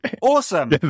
Awesome